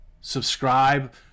subscribe